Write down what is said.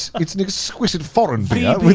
it's an exquisite foreign beer,